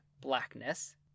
blackness